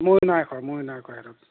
মই নাই খোৱা মই নাই খোৱা সেইটো